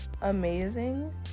amazing